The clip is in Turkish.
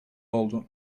oldu